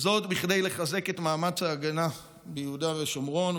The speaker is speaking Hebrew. כדי לחזק את מאמץ ההגנה ביהודה ושומרון,